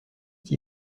qui